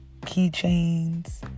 keychains